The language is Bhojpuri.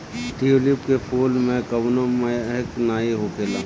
ट्यूलिप के फूल में कवनो महक नाइ होखेला